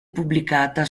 pubblicata